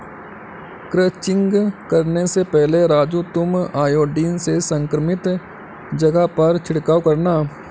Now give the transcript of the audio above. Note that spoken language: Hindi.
क्रचिंग करने से पहले राजू तुम आयोडीन से संक्रमित जगह पर छिड़काव करना